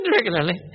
regularly